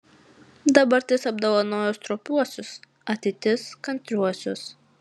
dabartis apdovanoja stropiuosius ateitis kantriuosius